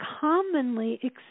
commonly